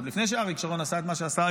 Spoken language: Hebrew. עוד לפני שאריק שרון עשה את מה שעשה,